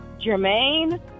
Jermaine